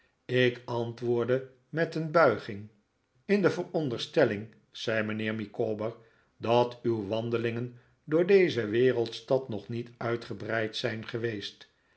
ik antwoordde met een buiging in de veronderstelling zei mijnheer micawber dat uw wandelingen door deze wereldstad nog niet uitgebreid zijn geweest